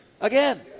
Again